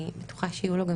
אני בטוחה שיהיו לו גם